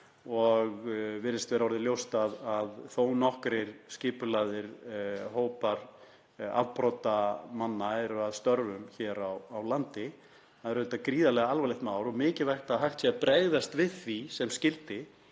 og virðist vera orðið ljóst að þó nokkrir skipulagðir hópar afbrotamanna eru að störfum hér á landi. Það er auðvitað gríðarlega alvarlegt mál og mikilvægt að hægt sé að bregðast við því sem skyldi.